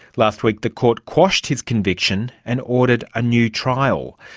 last week the court quashed his conviction and ordered a new trial.